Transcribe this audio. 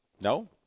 No